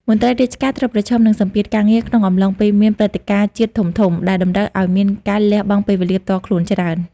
មន្ត្រីរាជការត្រូវប្រឈមនឹងសម្ពាធការងារក្នុងកំឡុងពេលមានព្រឹត្តិការណ៍ជាតិធំៗ ដែលតម្រូវឱ្យមានការលះបង់ពេលវេលាផ្ទាល់ខ្លួនច្រើន។